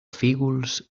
fígols